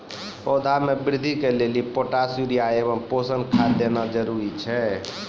पौधा मे बृद्धि के लेली पोटास यूरिया एवं पोषण खाद देना जरूरी छै?